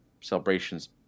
celebrations